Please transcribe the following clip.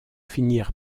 finir